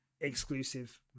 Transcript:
exclusive